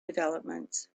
developments